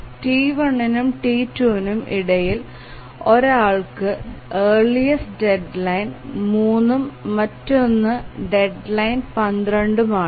T1നും T2 നും ഇടയിൽ ഒരാൾക്ക് ഏർലിസ്റ് ഡെഡ്ലൈൻ 3 ഉം മറ്റൊന്ന് ഡെഡ്ലൈൻ 12 ഉം ആണ്